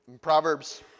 Proverbs